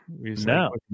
No